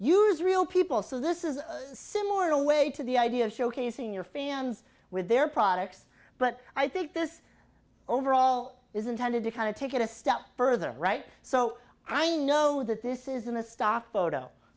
use real people so this is similar in a way to the idea of showcasing your fans with their products but i think this overall is intended to kind of take it a step further right so i know that this isn't a stock photo